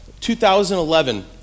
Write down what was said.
2011